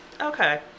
Okay